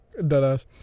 Deadass